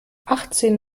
achtzehn